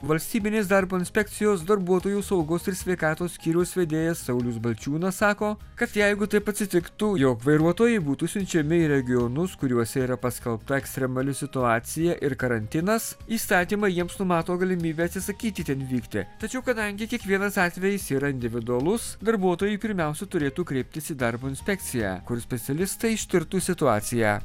valstybinės darbo inspekcijos darbuotojų saugos ir sveikatos skyriaus vedėjas saulius balčiūnas sako kad jeigu taip atsitiktų jog vairuotojai būtų siunčiami į regionus kuriuose yra paskelbta ekstremali situacija ir karantinas įstatymai jiems numato galimybę atsisakyti ten vykti tačiau kadangi kiekvienas atvejis yra individualus darbuotojai pirmiausia turėtų kreiptis į darbo inspekciją kur specialistai ištirtų situaciją